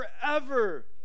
forever